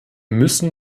müssen